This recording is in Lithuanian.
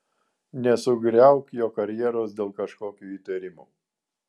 nesugriauk jo karjeros dėl kažkokių įtarimų